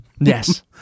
Yes